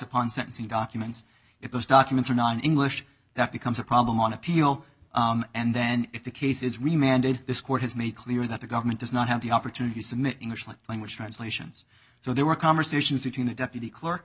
upon sentencing documents if those documents are non english that becomes a problem on appeal and then if the case is we mandated this court has made clear that the government does not have the opportunity to submit english language translations so there were conversations between the deputy clerk